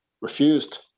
refused